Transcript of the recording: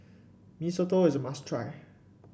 Mee Soto is a must try